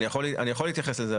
אני יכול להתייחס לזה.